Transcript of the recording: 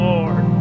Lord